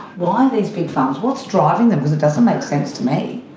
why these big farms. what's driving them? because it doesn't make sense to me.